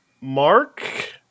Mark